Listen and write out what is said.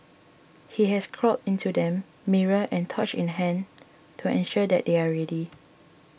he has crawled into them mirror and torch in hand to ensure that they are ready